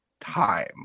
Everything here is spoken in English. time